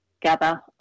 gather